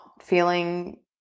feeling